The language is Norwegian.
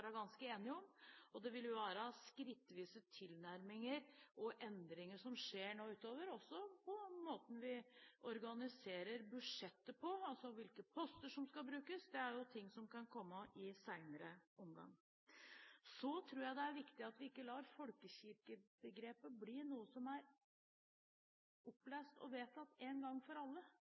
ganske enige om. Det vil være skrittvise tilnærminger og endringer som skjer nå utover også når det gjelder måten vi organiserer budsjettet på, altså hvilke poster som skal brukes. Det er jo ting som kan komme i en senere omgang. Jeg tror det er viktig at vi ikke lar folkekirkebegrepet bli noe som er opplest og vedtatt en gang for alle.